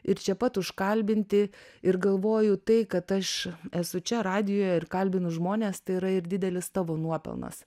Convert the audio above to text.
ir čia pat užkalbinti ir galvoju tai kad aš esu čia radijuje ir kalbinu žmones tai yra ir didelis tavo nuopelnas